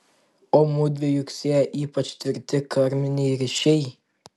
o mudvi juk sieja ypač tvirti karminiai ryšiai